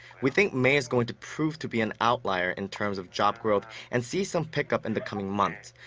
we think may is going to prove to be an outlier in terms of job growth and see some pickup in the coming months,